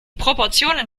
proportionen